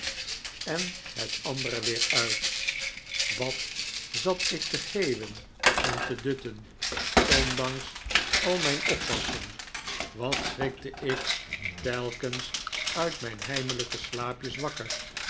en het andere weer uit wat zat ik te geeuwen en te dutten ondanks al mijn oppassen wat schrikte ik telkens uit mijn heimelijke slaapjes wakker